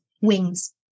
wings